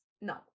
no